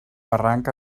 barranc